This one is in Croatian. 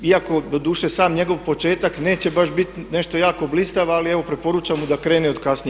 Iako doduše sam njegov početak neće baš biti nešto jako blistav ali evo preporučam mu da krene od kasnije.